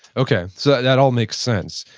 okay, so that all makes sense.